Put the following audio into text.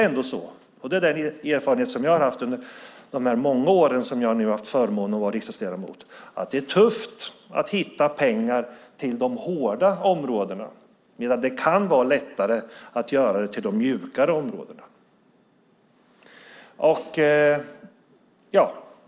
Min erfarenhet från de många år jag har haft förmånen att få vara riksdagsledamot är att det är tufft att hitta pengar till de hårda områdena medan det kan vara lättare att hitta pengar till de mjukare områdena.